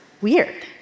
weird